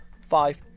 five